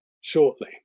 shortly